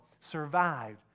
survived